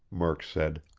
murk said.